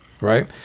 right